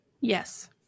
Yes